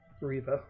Riva